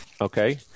Okay